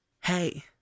Hey